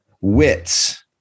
Wits